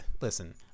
listen